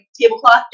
tablecloth